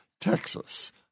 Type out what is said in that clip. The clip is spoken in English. Texas